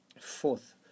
Fourth